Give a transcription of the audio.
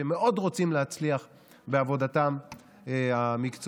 שמאוד רוצים להצליח בעבודתם המקצועית.